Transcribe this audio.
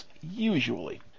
usually